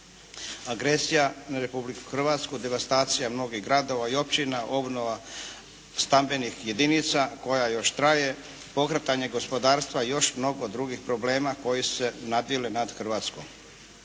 agresija na Republiku Hrvatsku, devastacija mnogih gradova i općina, obnova stambenih jedinica koja još traje, pokretanje gospodarstva i još mnogo drugih problema koji su se nadvili nad Hrvatsku.